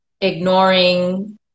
ignoring